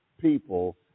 people